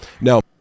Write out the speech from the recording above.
Now